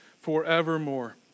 forevermore